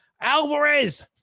Alvarez